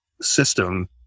system